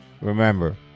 remember